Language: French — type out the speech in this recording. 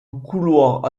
couloir